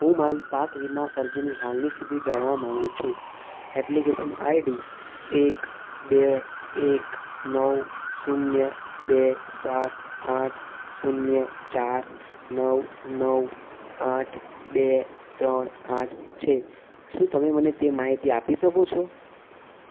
હું મારી પાક વીમા અરજીની હાલની સ્થિતિ જાણવા માગું છું એપ્લિકેશન આઈડી એક બે એક નવ શૂન્ય બે સાત આઠ શૂન્ય ચાર નવ નવ આઠ બે ત્રણ આઠ છે શું તમે મને તે માહિતી આપી શકો છો